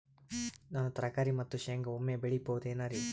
ನಾನು ತರಕಾರಿ ಮತ್ತು ಶೇಂಗಾ ಒಮ್ಮೆ ಬೆಳಿ ಬಹುದೆನರಿ?